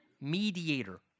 mediator